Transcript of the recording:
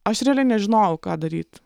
aš realiai nežinojau ką daryt